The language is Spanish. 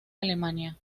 alemania